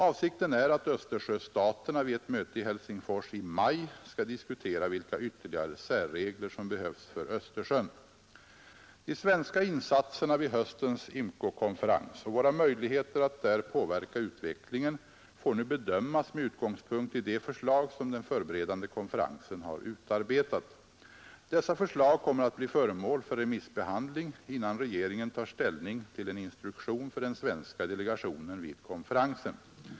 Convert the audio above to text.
Avsikten är att Östersjöstaterna vid ett möte i Helsingfors i maj skall diskutera vilka ytterligare särregler som behövs för Östersjön. De svenska insatserna vid höstens IMCO-konferens och våra möjligheter att där påverka utvecklingen får nu bedömas med utgångspunkt i de förslag som den förberedande konferensen har utarbetat. Dessa förslag kommer att bli föremål för remissbehandling innan regeringen tar ställning till en instruktion för den svenska delegationen vid konferensen.